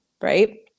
Right